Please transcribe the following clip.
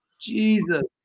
Jesus